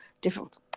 different